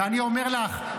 ואני אומר לך,